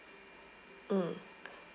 mm